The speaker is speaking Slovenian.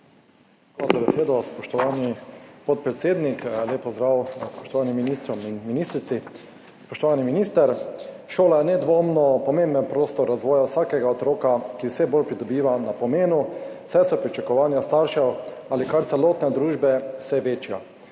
Hvala za besedo, spoštovani podpredsednik. Lep pozdrav spoštovanim ministrom in ministrici! Spoštovani minister, šola je nedvomno pomemben prostor razvoja vsakega otroka, ki vse bolj pridobiva na pomenu, saj so pričakovanja staršev ali kar celotne družbe vse večja.